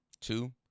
Two